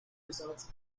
resulted